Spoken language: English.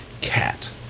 Cat